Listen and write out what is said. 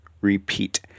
repeat